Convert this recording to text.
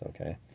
okay